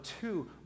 two